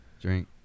drink